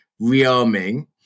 rearming